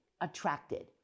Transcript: attracted